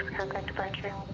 departure